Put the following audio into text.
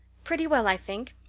pretty well, i think,